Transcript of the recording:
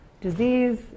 disease